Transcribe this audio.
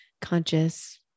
conscious